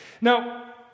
Now